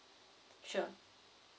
sure